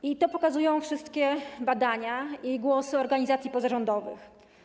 I to pokazują wszystkie badania i głosy organizacji pozarządowych.